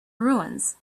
ruins